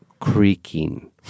creaking